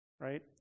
right